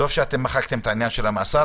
טוב שמחקתם את העניין של המאסר.